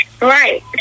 Right